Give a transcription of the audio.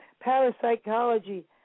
parapsychology